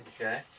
Okay